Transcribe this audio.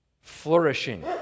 flourishing